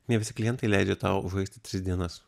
ne visi klientai leidžia tau žaisti tris dienas